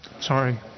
Sorry